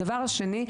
הדבר השני,